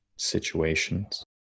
situations